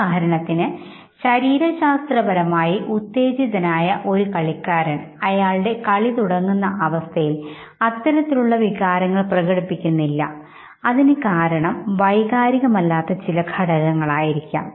ഉദാഹരണത്തിന് ശരീരശാസ്ത്രപരമായി ഉത്തേജിതനായ ഒരു കളിക്കാരൻ അയാളുടെ കളി തുടങ്ങുന്ന അവസ്ഥയിൽ അത്തരത്തിലുള്ള വികാരങ്ങൾ പ്രകടിപ്പിക്കുന്നില്ല അതിന് കാരണം വൈകാരികം അല്ലാത്ത ചില ഘടകങ്ങൾ ആയിരിക്കാം